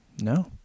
No